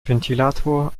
ventilator